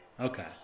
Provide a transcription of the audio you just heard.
Okay